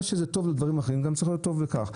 מה שטוב לדברים אחרים צריך להיות טוב גם לכך.